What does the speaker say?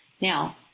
Now